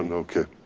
and okay,